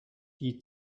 die